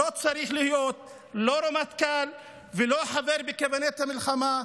לא צריך להיות לא רמטכ"ל ולא חבר בקבינט המלחמה,